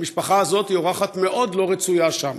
המשפחה הזאת היא אורחת מאוד לא רצויה שם.